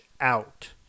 out